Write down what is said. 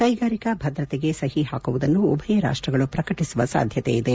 ಕೈಗಾರಿಕಾ ಭದ್ರತೆಗೆ ಸಹಿ ಹಾಕುವುದನ್ನು ಉಭಯ ರಾಷ್ಟ್ರಗಳು ಪ್ರಕಟಿಸುವ ಸಾಧ್ಯತೆ ಇದೆ